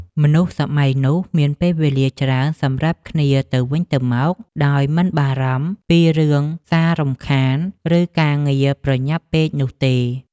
មនុស្សសម័យនោះមានពេលវេលាច្រើនសម្រាប់គ្នាទៅវិញទៅមកដោយមិនបារម្ភពីរឿងសាររំខាន ឬការងារប្រញាប់ពេកនោះទេ។